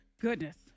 Goodness